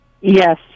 Yes